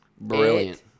Brilliant